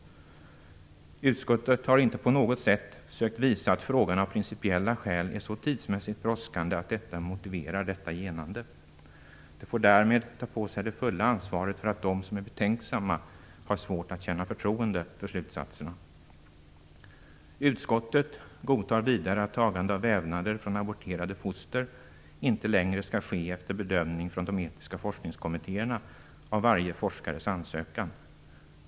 Utskottet har inte på något sätt sökt visa att frågan av principiella skäl är tidsmässigt så brådskande att det motiverar detta genande. Det får därmed ta på sig det fulla ansvaret för att de som är betänksamma har svårt att känna förtroende för slutsatserna. Utskottet godtar vidare att tagande av vävnader från aborterade foster inte längre skall ske efter bedömning från de etiska forskningskommittéerna av varje forskares ansökan.